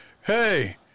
hey